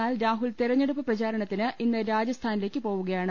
എന്നാൽ രാഹുൽ തെരഞ്ഞെടുപ്പ് പ്രചാരണത്തിന് ഇന്ന് രാജസ്ഥാനിലേക്ക് പോവുകയാണ്